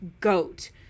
goat